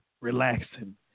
relaxing